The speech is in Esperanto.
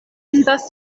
estas